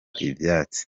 ivyatsi